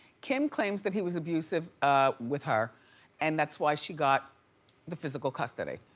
kim claims that he was abusive with her and that's why she got the physical custody.